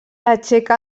aixeca